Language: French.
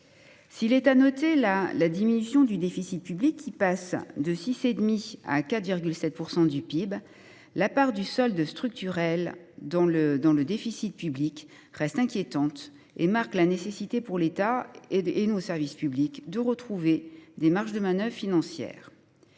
S’il est à noter la diminution du déficit public, qui passe de 6,5 % à 4,7 % du PIB, la part du solde structurel dans le déficit public reste inquiétante et met en évidence la nécessité pour l’État et nos services publics de retrouver des marges de manœuvre financières.